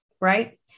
right